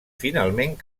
finalment